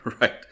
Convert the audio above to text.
Right